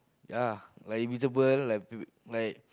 ya like invisible like people like